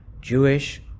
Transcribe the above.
Jewish